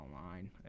online